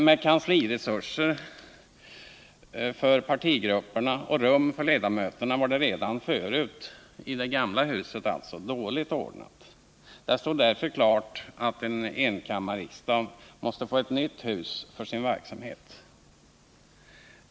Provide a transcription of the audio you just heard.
Med kansliresurser för partigrupperna och med rum för ledamöterna var det redan förut dåligt ordnat i det gamla riksdagshuset. Det stod därför klart att en enkammarriksdag måste få ett nytt hus för sin verksamhet.